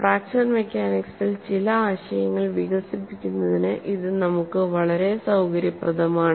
fracture മെക്കാനിക്സിൽ ചില ആശയങ്ങൾ വികസിപ്പിക്കുന്നതിന് ഇത് നമുക്ക് വളരെ സൌകര്യപ്രദമാണ്